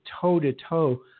toe-to-toe